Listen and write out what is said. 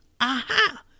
Aha